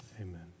amen